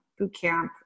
bootcamp